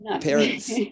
Parents